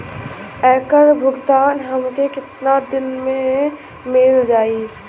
ऐकर भुगतान हमके कितना दिन में मील जाई?